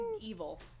evil